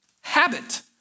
habit